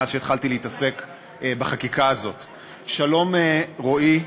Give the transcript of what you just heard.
מאז התחלתי להתעסק בחקיקה הזאת: "שלום רועי.